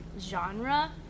genre